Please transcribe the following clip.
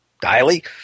daily